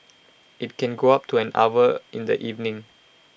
IT can go up to an hour in the evening